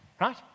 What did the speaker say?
Right